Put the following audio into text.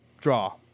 draw